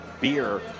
beer